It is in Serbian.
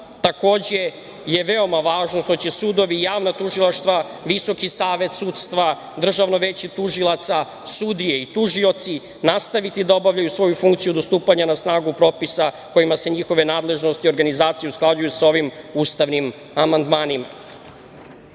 je veoma važno što će sudovi i javna tužilaštva, Visoki savet sudstva, Državno veće tužilaca, sudije i tužioci nastaviti da obavljaju svoju funkciju do stupanja na snagu propisa kojima se njihove nadležnosti i organizacije usklađuju sa ovim ustavnim amandmanima. Danas